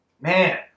Man